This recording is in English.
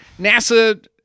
NASA